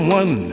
one